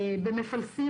במפלסים,